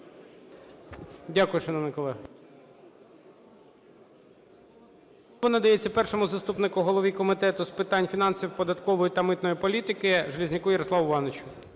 Дякую, шановні колеги.